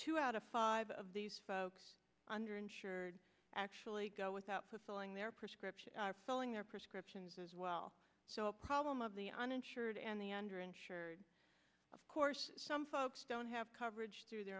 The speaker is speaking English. two out of five of these folks under insured actually go without fulfilling their prescription following their prescriptions as well so a problem of the uninsured and the under insured of course some folks don't have coverage through their